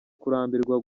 kurambirwa